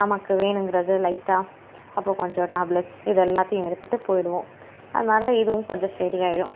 நமக்கு வேணுங்கிறது லைட்டாக அப்போ கொஞ்சம் டேப்லெட்ஸ் இது எல்லாத்தையும் எடுத்துட்டு போயிடுவோம் அதனால இதுவும் கொஞ்சம் சரி ஆகிடும்